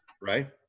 Right